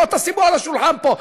בואו, תשימו על השולחן פה.